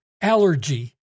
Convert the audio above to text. allergy